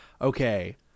Okay